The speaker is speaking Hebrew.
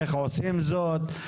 איך עושים זאת.